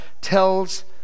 tells